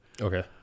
okay